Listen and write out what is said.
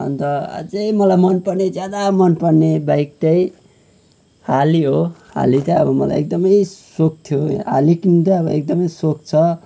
अन्त अझै मलाई मनपर्ने ज्यादा मनपर्ने बाइक चाहिँ हार्ली हो हार्ली त मलाई एकदमै सोख थियो हाली किन्ने चाहिँ अब एकदमै सौख छ